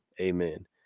amen